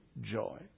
joy